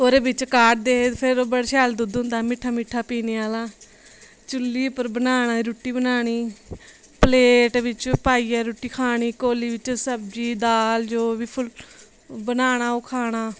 ओह्दे बिच्च घाड़दे हे फिर ओह् बड़ा शैल दुद्ध होंदा हा मिट्ठा मिट्ठा पीने आह्ला चुल्ली उप्पर रूट्टी बनानी प्लेट बिच्च पाइयै रुट्टी खानी कोली बिच्च दाल सब्जी जो बी फुल बनाना ओह् खाना